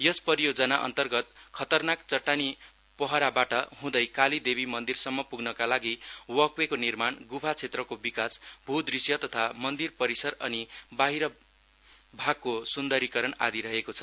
यस परियोजना अन्तर्गत खतर्नाक चट्टानी पहराबाट हुँदै कालीदेवि मन्दिरसम्म प्ग्नका लागि वकवेको निर्माण ग्फा क्षेत्रको विकास भ्दृश्य तथा मन्दिर परिसर अनि बाहिरी भागको सुन्दरीकरण आदि रहेको छ